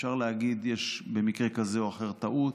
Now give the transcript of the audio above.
אפשר להגיד שיש במקרה כזה או אחר טעות.